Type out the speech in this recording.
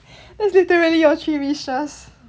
that's literally your three wishes